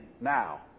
now